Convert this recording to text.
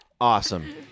Awesome